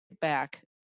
back